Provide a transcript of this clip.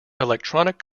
electronic